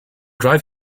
drive